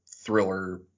thriller